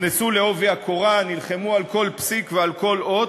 נכנסו בעובי הקורה, נלחמו על כל פסיק ועל כל אות.